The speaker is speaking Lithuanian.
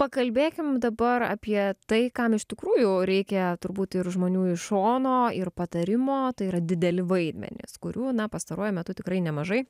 pakalbėkim dabar apie tai kam iš tikrųjų reikia turbūt ir žmonių iš šono ir patarimo tai yra dideli vaidmenys kurių na pastaruoju metu tikrai nemažai